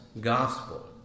gospel